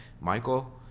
Michael